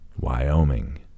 Wyoming